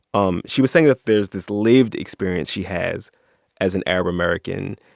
um she was saying that there's this lived experience she has as an arab american.